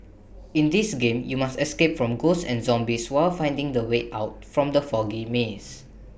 in this game you must escape from ghosts and zombies while finding the way out from the foggy maze